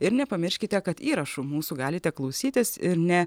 ir nepamirškite kad įrašų mūsų galite klausytis ir ne